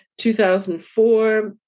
2004